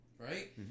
Right